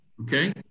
Okay